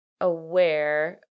aware